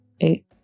eight